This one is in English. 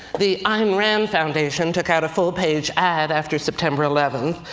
the ayn rand foundation took out a full-page ad after september eleven,